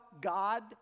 God